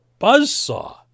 buzzsaw